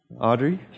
Audrey